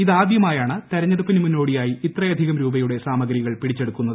ഇതാദ്യമായാണ് തെരഞ്ഞെടുപ്പിന് മുന്നോടിയായി ഇത്രയധികം രൂപയുടെ സാമഗ്രികൾ പിടിച്ചെടുക്കുന്നത്